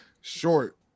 short